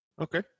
Okay